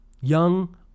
young